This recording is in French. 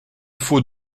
faut